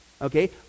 okay